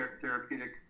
therapeutic